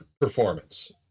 performance